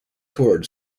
toured